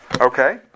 Okay